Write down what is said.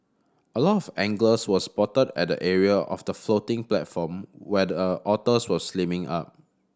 a lot of anglers were spotted at the area of the floating platform where the otters were swimming up